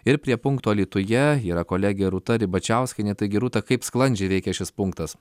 ir prie punkto alytuje yra kolegė rūta ribačiauskienė taigi rūta kaip sklandžiai veikia šis punktas